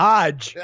Hodge